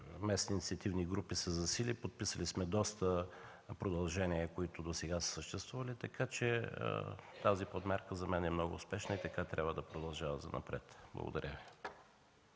местни инициативни групи се засили, подписали сме доста продължения, които досега са съществували, така че тази подмярка за мен е много успешна и така трябва да продължава занапред. Благодаря Ви.